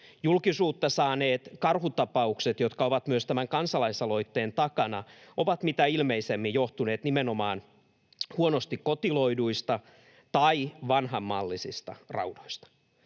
Julkisuutta saaneet karhutapaukset, jotka ovat myös tämän kansalaisaloitteen takana, ovat mitä ilmeisimmin johtuneet nimenomaan huonosti koteloiduista tai vanhanmallisista raudoista.